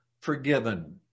forgiven